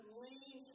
lean